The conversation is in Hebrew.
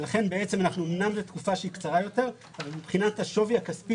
לכן אמנם זו תקופה שהיא קצרה יותר אבל מבחינת השווי הכספי